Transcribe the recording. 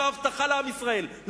ובהבטחה לעם ישראל,